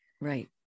Right